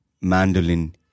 Mandolin